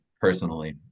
personally